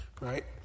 Right